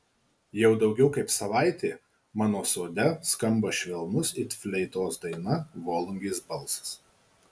jau daugiau kaip savaitė mano sode skamba švelnus it fleitos daina volungės balsas